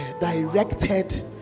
Directed